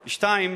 שנית,